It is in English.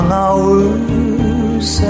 hours